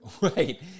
right